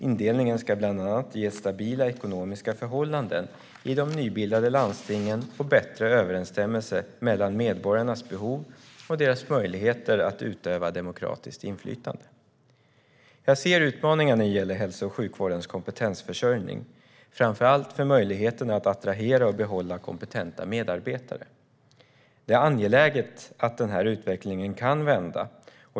Indelningen ska bland annat ge stabila ekonomiska förhållanden i de nybildade landstingen och bättre överensstämmelse mellan medborgarnas behov och deras möjligheter att utöva demokratiskt inflytande. Jag ser utmaningar när det gäller hälso och sjukvårdens kompetensförsörjning, framför allt för möjligheterna att attrahera och behålla kompetenta medarbetare. Det är angeläget att den utvecklingen kan vända.